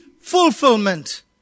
fulfillment